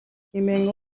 хэмээн